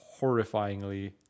horrifyingly